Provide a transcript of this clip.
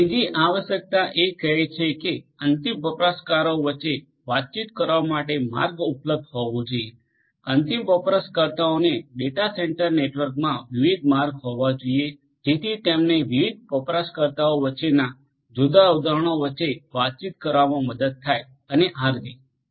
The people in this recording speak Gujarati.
ત્રીજી આવશ્યકતા એ કહે છે કે અંતિમ વપરાશકારો વચ્ચે વાતચીત કરવા માટે માર્ગ ઉપલબ્ધ હોવો જોઈએ અંતિમ વપરાશકર્તાઓને ડેટા સેન્ટર નેટવર્કમાં વિવિધ માર્ગ હોવા જોઈએ જેથી તેમને વિવિધ વપરાશકર્તાઓ વચ્ચેના જુદા જુદા ઉદાહરણો વચ્ચે વાતચીત કરવામાં મદદ થાય અને આ રીતે